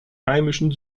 heimischen